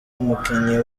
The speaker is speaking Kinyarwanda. umukinnyi